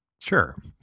Sure